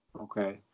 okay